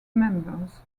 members